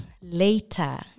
later